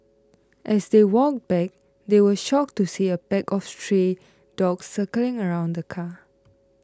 as they walked back they were shocked to see a pack of stray dogs circling around the car